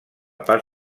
part